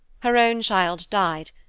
her own child died,